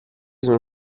sono